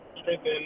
strengthen